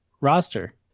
roster